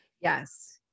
Yes